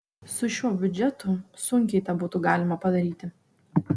su šiuo biudžetu sunkiai tą būtų galima padaryti